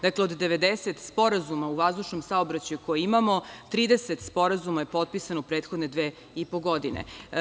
Dakle, od 90 sporazuma o vazdušnom saobraćaju koje imamo, 30 sporazuma je potpisano u prethodne dve i po godine.